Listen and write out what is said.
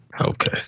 Okay